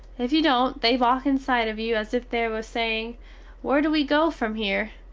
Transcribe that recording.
if you dont they walk inside of you as if they was saying where do we go from hear?